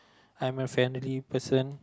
I'm a family person